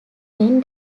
ben